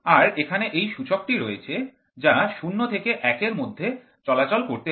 আর এখানে এই সূচকটি রয়েছে যা ০ থেকে ১ এর মধ্যে চলাচল করতে পারে